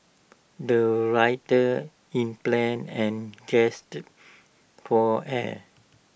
the writer in plan and just for air